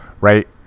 right